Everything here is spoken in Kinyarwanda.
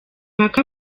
impaka